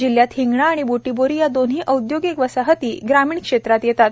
जिल्ह्यातील हिंगणा व बुटीबोरी या दोन्ही औद्योगिक वसाहती ग्रामीण क्षेत्रात येतात